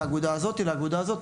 לאגודה הזו או הזו.